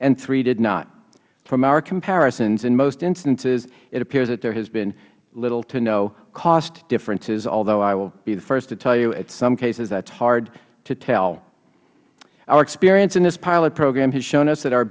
and three did not from our comparisons in most instances it appears that there has been little to no cost differences although i will be the first to tell you in some cases that is hard to tell our experience in this pilot program has shown us that